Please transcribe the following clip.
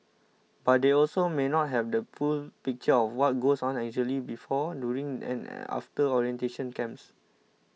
but they also may not have the full picture of what goes on exactly before during and after orientation camps